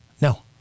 No